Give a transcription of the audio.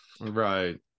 right